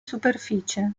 superficie